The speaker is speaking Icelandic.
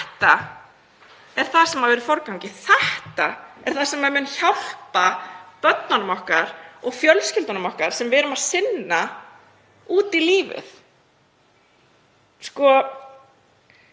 Þetta er það sem á að vera í forgangi. Þetta er það sem mun hjálpa börnunum okkar og fjölskyldunum okkar sem við erum að sinna út í lífið.